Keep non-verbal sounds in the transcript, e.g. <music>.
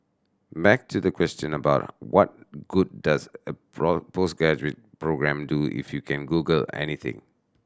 back to the question about what good does a <unintelligible> postgraduate programme do if you can Google anything